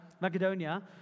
Macedonia